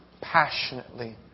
passionately